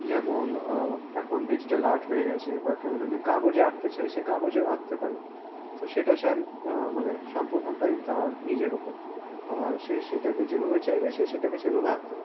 যেমন এখন digital art হয়ে গিয়েছে বা কেউ যদি কাগজে আঁকতে চায় সে কাগজেও আঁকতে পারে তো সেটা স্যাম মানে সম্পূর্ণটাই তার নিজের ওপর আর সে সেটাকে যেভাবে চাইবে সে সেটাকে সেভাবে আঁকতে পারে